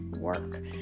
work